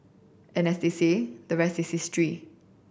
and as they say the rest is history